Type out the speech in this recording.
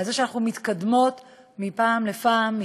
שאנחנו מתקדמות מפעם לפעם,